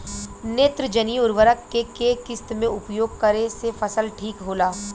नेत्रजनीय उर्वरक के केय किस्त मे उपयोग करे से फसल ठीक होला?